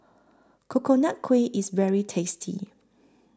Coconut Kuih IS very tasty